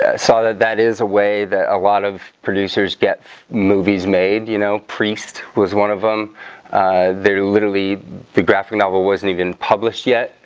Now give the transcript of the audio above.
ah saw that that is a way that a lot of producers get movies made. you know priest was one of them they're literally the graphic novel wasn't even published yet,